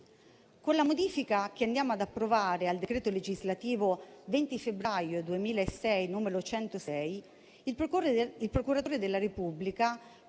Con la modifica che andiamo ad approvare al decreto legislativo 20 febbraio 2006, n. 106, il procuratore della Repubblica